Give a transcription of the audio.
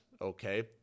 Okay